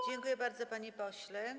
Dziękuję bardzo, panie pośle.